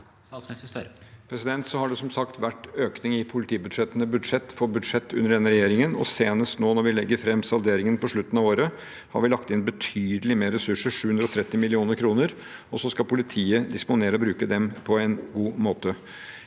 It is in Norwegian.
Det har som sagt vært økning i politibudsjettene budsjett for budsjett under denne regjeringen. Senest nå, når vi legger fram salderingen på slutten av året, har vi lagt inn betydelig mer ressurser – 730 mill. kr. Så skal politiet disponere og bruke dem på en god måte.